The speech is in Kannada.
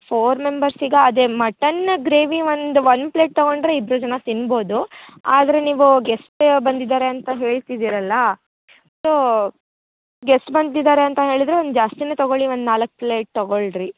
ಫೋರ್ ಮೆಂಬರ್ಸಿಗಾ ಅದೇ ಮಟನ್ ಗ್ರೇವಿ ಒಂದು ಒಂದು ಪ್ಲೇಟ್ ತೊಗೊಂಡರೆ ಇಬ್ರು ಜನ ತಿನ್ಬೋದು ಆದರೆ ನೀವು ಗೆಸ್ಟ್ ಬಂದಿದ್ದಾರೆ ಅಂತ ಹೇಳ್ತಿದೀರಲ್ಲ ಸೋ ಗೆಸ್ಟ್ ಬಂದಿದ್ದಾರೆ ಅಂತ ಹೇಳಿದ್ರೆ ಒಂದು ಜಾಸ್ತಿನೇ ತೊಗೊಳ್ಳಿ ಒಂದು ನಾಲ್ಕು ಪ್ಲೇಟ್ ತೊಗೊಳ್ಳಿರಿ